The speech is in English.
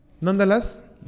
Nonetheless